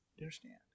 understand